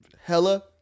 hella